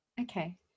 Okay